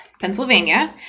Pennsylvania